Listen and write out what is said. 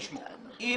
בבקשה.